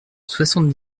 soixante